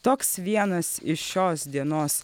toks vienas iš šios dienos